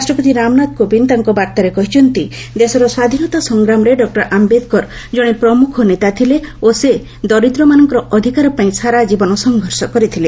ରାଷ୍ଟ୍ରପତି ରାମନାଥ କୋବିନ୍ଦ୍ ତାଙ୍କ ବାର୍ତ୍ତାରେ କହିଛନ୍ତି ଦେଶର ସ୍ୱାଧୀନତା ସଂଗ୍ରାମରେ ଡକ୍କର ଆମ୍ପେଦ୍କର ଜଣେ ପ୍ରମୁଖ ନେତା ଥିଲେ ଓ ସେ ଦରିଦ୍ରମାନଙ୍କର ଅଧିକାର ପାଇଁ ସାରାଜୀବନ ସଂଘର୍ଷ କରିଥିଲେ